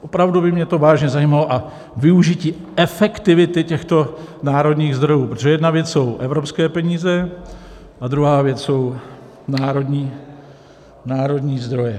Opravdu by mě to vážně zajímalo a využití efektivity těchto národních zdrojů, protože jedna věc jsou evropské peníze a druhá věc jsou národní zdroje.